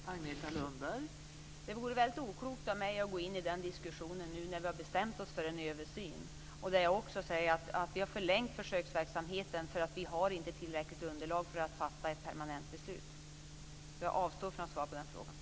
Fru talman! Det vore väldigt oklokt av mig att ge mig in i den diskussionen nu, när vi har bestämt oss för att göra en översyn. Vi har ju förlängt försöksverksamheten eftersom vi inte har ett tillräckligt stort underlag för att kunna fatta ett permanent beslut. Därför avstår jag ifrån att svara på den frågan.